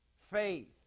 Faith